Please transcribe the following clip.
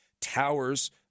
towers